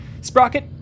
Sprocket